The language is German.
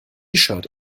shirt